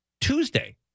Tuesday